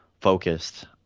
focused